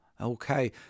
Okay